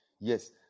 Yes